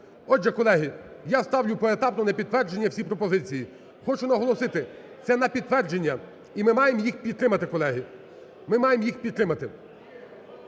Отже, колеги, я ставлю поетапно на підтвердження всі пропозиції. Хочу наголосити: це на підтвердження і ми маємо їх підтримати, колеги, ми маємо їх підтримати.